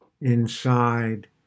Inside